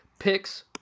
picks